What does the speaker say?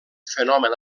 fenomen